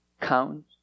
count